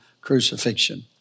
crucifixion